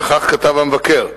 וכך כתב המבקר: